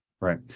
Right